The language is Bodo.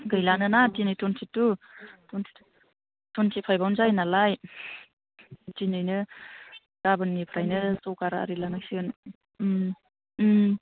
गैलानो ना दिनै टुवेन्टिटु टुइनथिफाइभआवनो जायो नालाय दिनैनो गाबोननिफ्रायनो जगार आरि लांसिगोन